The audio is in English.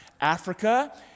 Africa